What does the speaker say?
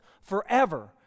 forever